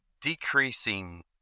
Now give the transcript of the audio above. decreasing